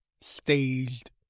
staged